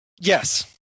Yes